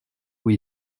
vous